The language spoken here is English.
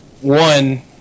one